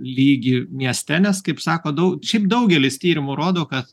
lygį mieste nes kaip sako dau šiaip daugelis tyrimų rodo kad